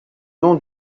nom